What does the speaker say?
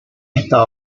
esta